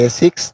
six